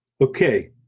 Okay